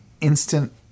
instant